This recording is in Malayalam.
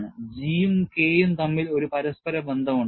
G യും K യും തമ്മിൽ ഒരു പരസ്പര ബന്ധമുണ്ട്